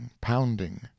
pounding